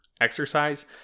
exercise